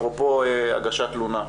אפרופו הגשת תלונה.